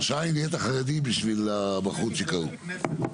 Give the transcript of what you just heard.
ראש העין נהיית החרדים בשביל הבחורצ'יק ההוא.